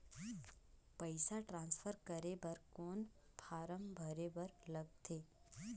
पईसा ट्रांसफर करे बर कौन फारम भरे बर लगथे?